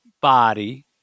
body